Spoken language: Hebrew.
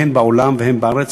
הן בעולם הן בארץ,